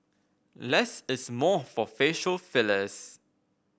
less is more for facial fillers